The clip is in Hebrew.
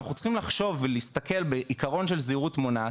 אנחנו צריכים לחשוב ולהסתכל בעיקרון של זהירות מונעת,